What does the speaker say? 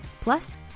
Plus